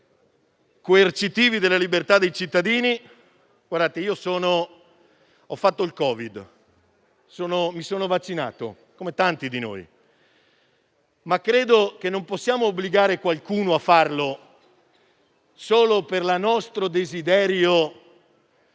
altrui, coercitivi della libertà dei cittadini. Io ho avuto il Covid, mi sono vaccinato come tanti di noi, ma credo che non possiamo obbligare qualcuno a farlo solo per il nostro desiderio